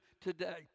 today